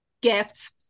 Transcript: gifts